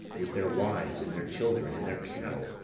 with their wives, and their children, and their cattle,